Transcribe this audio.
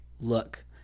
Look